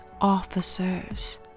officers